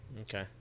Okay